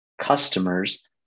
customers